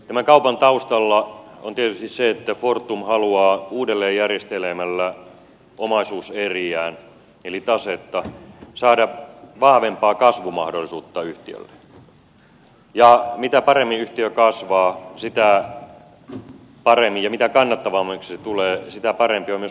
tämän kaupan taustalla on tietysti se että fortum haluaa uudelleen järjestelemällä omaisuuseriään eli tasetta saada vahvempaa kasvumahdollisuutta yhtiölle ja mitä paremmin yhtiö kasvaa ja mitä kannattavammaksi se tulee sitä parempi on myös osingonmaksukyky